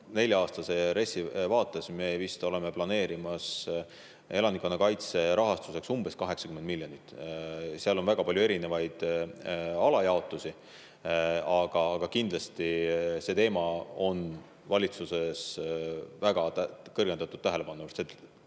nelja-aastase RES‑i vaates me oleme planeerimas elanikkonnakaitse rahastuseks vist umbes 80 miljonit. Seal on väga palju erinevaid alajaotusi. Kindlasti on see teema valitsuses kõrgendatud tähelepanu all.